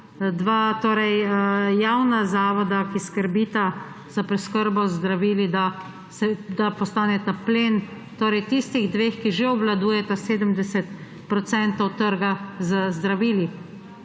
dva javna zavoda, ki skrbita za preskrbo z zdravili, da postaneta plen tistih dveh, ki že obvladujeta 70 % trga z zdravili.